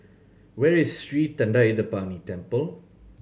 where is Sri Thendayuthapani Temple